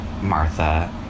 Martha